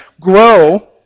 grow